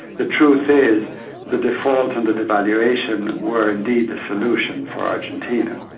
the truth is the default and the devaluation were indeed the solution for argentina.